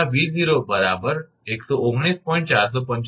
01 𝑉𝑜𝑙𝑡𝑠 જો તમે આ 𝑉0 119